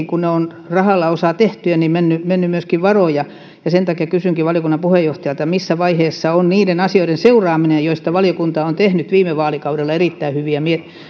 kun osa niistä on rahalla tehtyjä mennyt mennyt myöskin varoja ja sen takia kysynkin valiokunnan puheenjohtajalta missä vaiheessa on niiden asioiden seuraaminen joista valiokunta on tehnyt viime vaalikaudella erittäin hyviä